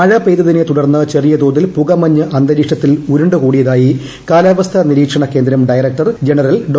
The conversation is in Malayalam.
മഴ പെയ്തതിനെത്തൂടർന്ന് ചെറിയ തോതിൽ പുകമഞ്ഞ് അന്തരീക്ഷത്തിൽ ഉരുണ്ട് കൂടിയതായി കാലാവസ്ഥാ നിരീക്ഷണകേന്ദ്രം ഡയറക്ടർ ജനറൽ ഡോ